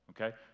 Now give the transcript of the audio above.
okay